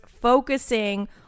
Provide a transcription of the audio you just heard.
focusing